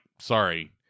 sorry